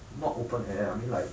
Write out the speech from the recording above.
not open air I mean like